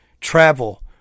travel